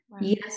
Yes